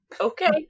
Okay